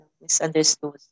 misunderstood